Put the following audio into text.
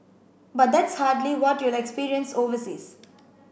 but that's hardly what you'll experience overseas